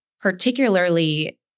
particularly